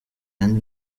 yandi